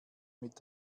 mit